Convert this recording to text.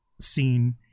scene